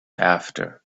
after